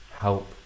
help